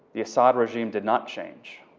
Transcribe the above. the assad regime did not change.